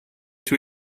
too